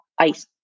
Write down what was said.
ice